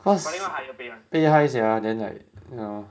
cause pay high sia then like you know